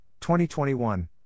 2021